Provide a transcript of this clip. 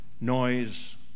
noise